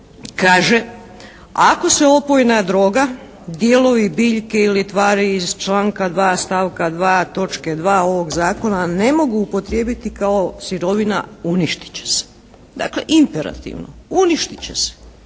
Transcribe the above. kaže: "Ako se opojna droga, dijelovi biljke ili tvari iz članka 2. stavka 2. točke 2. ovog zakona ne mogu upotrijebiti kao sirovina uništit će se.". Dakle, interaktivno, uništit će se.